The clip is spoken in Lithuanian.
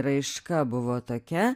raiška buvo tokia